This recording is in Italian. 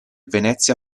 venezia